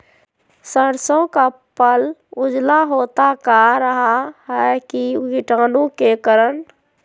सरसो का पल उजला होता का रहा है की कीटाणु के करण?